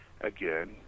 again